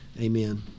Amen